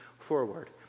forward